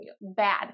bad